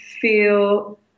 feel